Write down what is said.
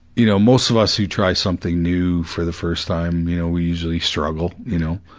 you know most of us who try something new for the first time, you know, we usually struggle, you know,